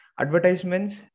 advertisements